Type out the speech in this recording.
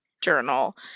journal